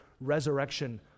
resurrection